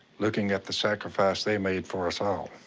looking at the sacrifice they made for us all.